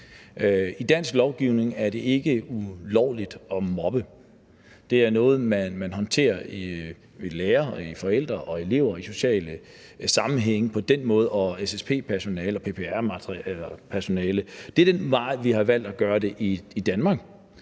dansk lovgivning er det ikke ulovligt at mobbe. Det er noget, man på den måde håndterer mellem lærere, forældre og elever i sociale sammenhænge og SSP-personale og PPR-personale. Det er den vej, vi har valgt at følge i Danmark.